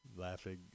laughing